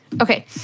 Okay